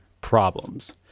problems